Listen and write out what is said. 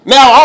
Now